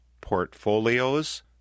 Portfolios